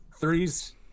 threes